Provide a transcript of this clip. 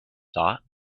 thought